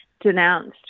denounced